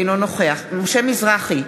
אינו נוכח משה מזרחי,